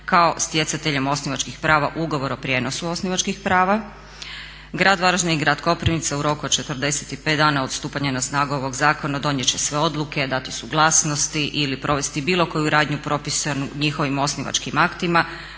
kao stjecateljem osnivačkih prava ugovor o prijenosu osnivačkih prava. Grad Varaždin i grad Koprivnica u roku od 45 dana od stupanja na snagu ovog zakona donijet će sve odluke, dati suglasnosti il provesti bilo koju radnju propisanu njihovim osnivačkim aktima